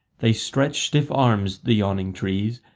they stretch stiff arms, the yawning trees,